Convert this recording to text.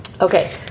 Okay